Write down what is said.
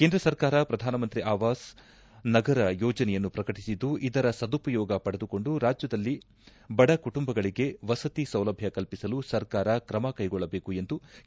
ಕೇಂದ್ರ ಸರ್ಕಾರ ಪ್ರಧಾನಮಂತ್ರಿ ಆವಾಸ್ ನಗರ ಯೋಜನೆಯನ್ನು ಪ್ರಕಟಿಸಿದ್ದು ಇದರ ಸದುಪಯೋಗ ಪಡೆದುಕೊಂಡು ರಾಜ್ಯದಲ್ಲಿ ಬಡಕುಟುಂಬಗಳಿಗೆ ವಸತಿ ಸೌಲಭ್ಯ ಕಲ್ಲಿಸಲು ಸರ್ಕಾರ ಕ್ರಮ ಕೈಗೊಳ್ಳಬೇಕು ಎಂದು ಕೆ